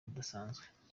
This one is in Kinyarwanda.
budasanzwe